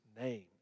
name